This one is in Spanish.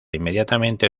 inmediatamente